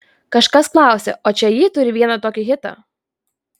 kažkas klausė o čia ji turi vieną tokį hitą